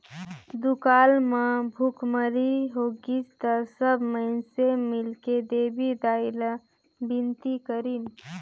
दुकाल म भुखमरी होगिस त सब माइनसे मिलके देवी दाई ला बिनती करिन